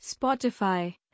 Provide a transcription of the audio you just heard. Spotify